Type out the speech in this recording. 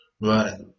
right